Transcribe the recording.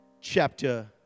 chapter